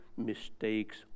mistakes